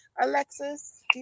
Alexis